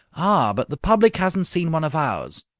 ah, but the public hasn't seen one of ours!